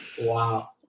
wow